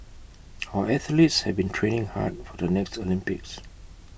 our athletes have been training hard for the next Olympics